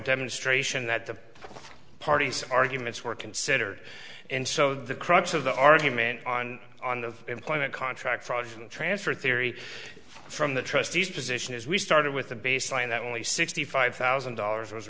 demonstration that the party's arguments were considered and so the crux of the argument on on the employment contract for transfer theory from the trustees position is we started with the baseline that only sixty five thousand dollars was